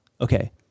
Okay